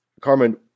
Carmen